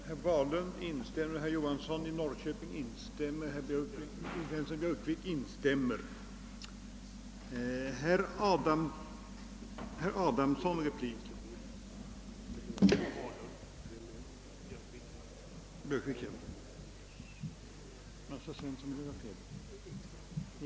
Herr talman! Jag vill bara säga till herr Johansson i Trollhättan att jag verkligen inte underskattar folkrörelserna, men jag betvivlar att de kan göra den insats som vi menar att kommundelsråden kan göra.